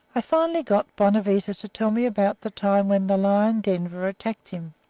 i finally got bonavita to tell me about the time when the lion denver attacked him.